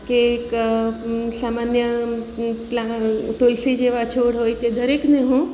કે એક સામાન્ય તુલસી જેવા છોડ હોય તે દરેકને હું